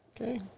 Okay